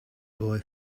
boy